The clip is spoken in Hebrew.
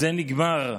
זה נגמר.